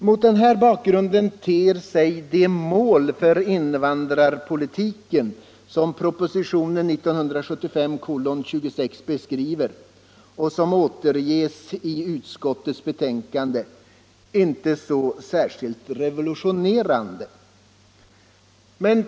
Mot den bakgrunden ter sig det mål för invandrarpolitiken som propositionen 1975:26 beskriver och som återges i utskottets betänkande inte särskilt revolutionerande.